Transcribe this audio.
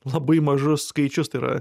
labai mažus skaičius tai yra